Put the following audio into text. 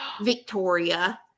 Victoria